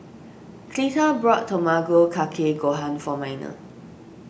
Cleta bought Tamago Kake Gohan for Miner